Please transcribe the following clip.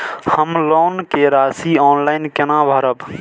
हम लोन के राशि ऑनलाइन केना भरब?